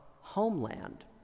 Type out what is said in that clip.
homeland